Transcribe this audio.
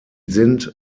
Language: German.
sind